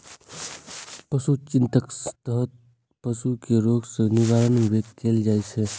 पशु चिकित्साक तहत पशु कें रोग सं निवारण कैल जाइ छै